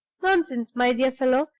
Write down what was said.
nonsense, my dear fellow!